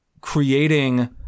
creating